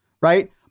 right